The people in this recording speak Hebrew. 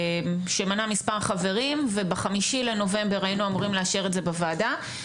שמנה מספר חברים וב-5 בנובמבר היינו אמורים לאשר את זה במל"ג.